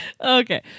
Okay